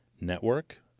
network